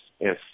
yes